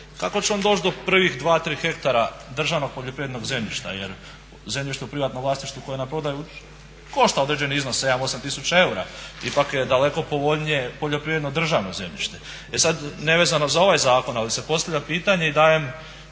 kako će on doći do prvih dva, tri hektara državnog poljoprivrednog zemljišta. Jer zemljište u privatnom vlasništvu koje je na prodaju košta određeni iznos 7, 8000 eura. Ipak je daleko povoljnije poljoprivredno državno zemljište. E sad, nevezano za ovaj zakon ali se postavlja pitanje i dajem